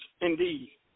indeed